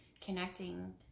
connecting